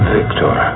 Victor